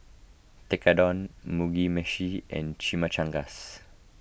Tekkadon Mugi Meshi and Chimichangas